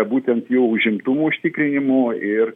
būtent jų užimtumų užtikrinimu ir